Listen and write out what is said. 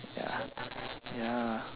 ya ya